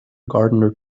gardener